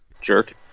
Jerk